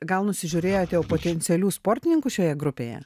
gal nusižiūrėjote jau potencialių sportininkų šioje grupėje